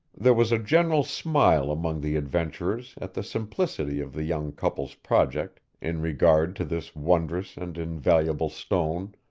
there was a general smile among the adventurers at the simplicity of the young couple's project in regard to this wondrous and invaluable stone,